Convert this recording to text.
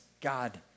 God